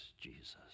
Jesus